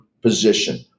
position